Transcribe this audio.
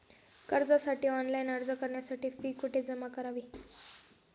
कर्जासाठी ऑनलाइन अर्ज करण्यासाठी फी कुठे जमा करावी?